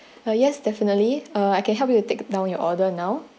ah yes definitely uh I can help you to take down your order now